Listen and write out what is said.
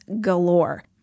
galore